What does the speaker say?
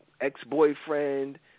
ex-boyfriend